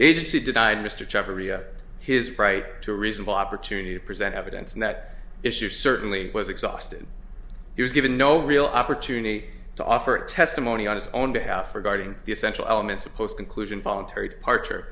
agency denied mr chivery his right to a reasonable opportunity to present evidence and that issue certainly was exhausted he was given no real opportunity to offer testimony on his own behalf regarding the essential elements of post inclusion voluntary departure